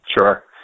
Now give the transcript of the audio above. Sure